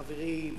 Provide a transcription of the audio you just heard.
חברים,